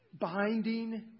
binding